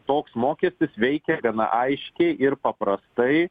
toks mokestis veikia gana aiškiai ir paprastai